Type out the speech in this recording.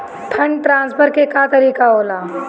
Fund transfer के का तरीका होला?